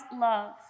love